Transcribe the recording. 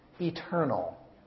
eternal